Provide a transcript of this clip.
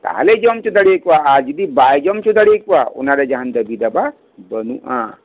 ᱛᱟᱦᱚᱞᱮ ᱡᱚᱢ ᱚᱪᱚ ᱫᱟᱲᱮᱭᱟᱠᱚᱭᱟ ᱟᱨ ᱡᱩᱫᱤ ᱵᱟᱭ ᱡᱚᱢ ᱚᱪᱚ ᱫᱟᱲᱮᱭᱟᱠᱚᱭᱟ ᱚᱱᱟ ᱨᱮ ᱡᱟᱦᱟᱱ ᱫᱟᱹᱵᱤ ᱫᱟᱵᱟ ᱵᱟᱱᱩᱜᱼᱟ